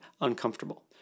uncomfortable